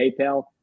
PayPal